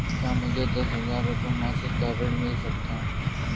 क्या मुझे दस हजार रुपये मासिक का ऋण मिल सकता है?